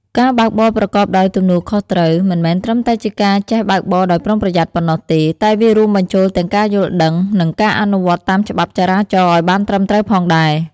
ការបើកបរប្រកបដោយទំនួលខុសត្រូវ មិនមែនត្រឹមតែជាការចេះបើកបរដោយប្រុងប្រយ័ន្តប៉ុណ្ណោះទេ តែវារួមបញ្ចូលទាំងការយល់ដឹង និងការអនុវត្តតាមច្បាប់ចរាចរណ៍ឲ្យបានត្រឹមត្រូវផងដែរ។